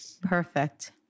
perfect